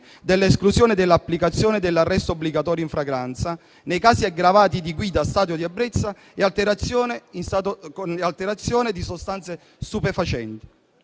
dell'esclusione dell'applicazione dell'arresto obbligatorio in flagranza nei casi aggravati di guida in stato di ebbrezza e alterazione a seguito